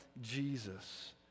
Jesus